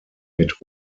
mit